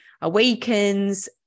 awakens